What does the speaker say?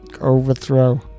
overthrow